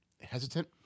Hesitant